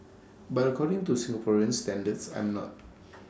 but according to Singaporean standards I'm not